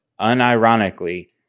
unironically